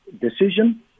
decision